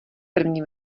první